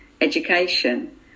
education